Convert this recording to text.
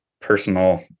personal